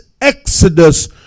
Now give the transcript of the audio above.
exodus